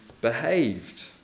behaved